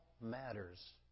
matters